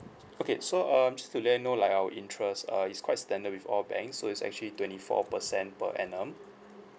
okay so um just to let you know like our interest uh it's quite standard with all banks so it's actually twenty four percent per annum